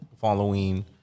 following